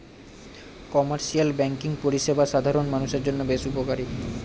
commercial banking পরিষেবা সাধারণ মানুষের জন্য বেশ উপকারী